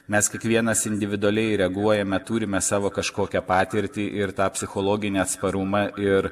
mes kiekvienas individualiai reaguojame turime savo kažkokią patirtį ir tą psichologinį atsparumą ir